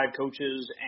coaches